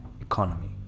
economy